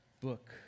book